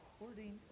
according